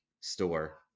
store